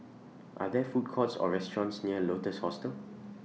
Are There Food Courts Or restaurants near Lotus Hostel